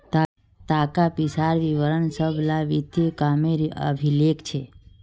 ताका पिसार विवरण सब ला वित्तिय कामेर अभिलेख छे